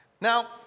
Now